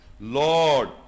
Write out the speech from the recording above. Lord